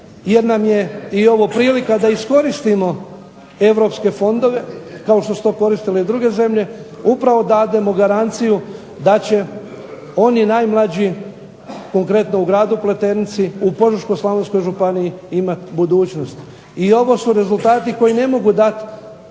jer nam je ovo i prilika da iskoristimo Europske fondove kao što su to koristile i druge zemlje upravo dademo garanciju da će oni najmlađi konkretno u gradu Pleternici, u Požeško-slavonskoj županiji imat budućnost. I ovo su rezultati koji ne mogu dati